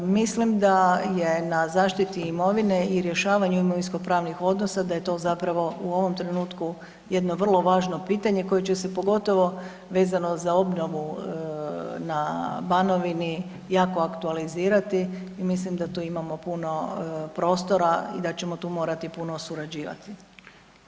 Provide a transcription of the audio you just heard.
Mislim da je na zaštiti imovine i rješavanju imovinsko-pravnih odnosa, da je to zapravo ovom trenutku jedno vrlo važno pitanje koje će se pogotovo vezano za obnovu na Banovini jako aktualizirati i mislim da tu imamo puno prostora i da ćemo tu morati puno surađivati.